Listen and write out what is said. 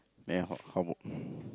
then how how about